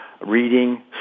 reading